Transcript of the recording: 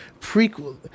prequel